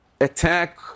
attack